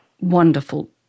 wonderful